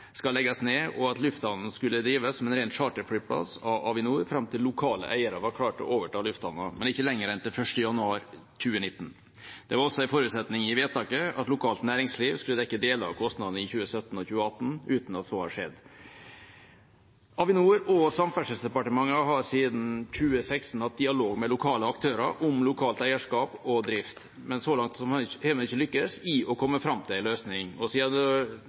skal legges ned, og at lufthavna skulle drives som en ren charterflyplass av Avinor fram til lokale eiere var klar til å overta lufthavna, men ikke lenger enn til 1. januar 2019. Det var også en forutsetning i vedtaket at lokalt næringsliv skulle dekke deler av kostnadene i 2017 og 2018, uten at så har skjedd. Avinor og Samferdselsdepartementet har siden 2016 hatt dialog med lokale aktører om lokalt eierskap og drift, men så langt har man ennå ikke lyktes i å komme fram til en løsning. Og